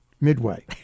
Midway